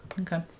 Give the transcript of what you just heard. Okay